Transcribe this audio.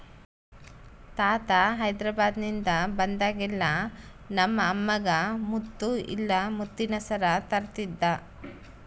ತಾತ ಹೈದೆರಾಬಾದ್ನಿಂದ ಬಂದಾಗೆಲ್ಲ ನಮ್ಮ ಅಮ್ಮಗ ಮುತ್ತು ಇಲ್ಲ ಮುತ್ತಿನ ಸರ ತರುತ್ತಿದ್ದ